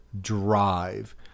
drive